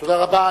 תודה רבה.